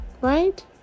right